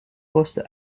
poste